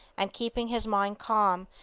and keeping his mind calm,